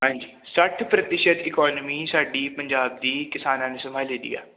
ਹਾਂਜੀ ਸੱਠ ਪ੍ਰਤੀਸ਼ਤ ਇਕੋਨਮੀ ਸਾਡੀ ਪੰਜਾਬ ਦੀ ਕਿਸਾਨਾਂ ਨੇ ਸੰਭਾਲੀ ਦੀ ਆ